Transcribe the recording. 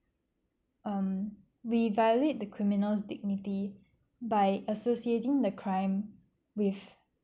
um we violate the criminal's dignity by associating the crime with